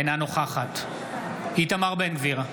אינה נוכחת איתמר בן גביר,